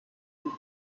would